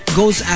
goes